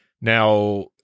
Now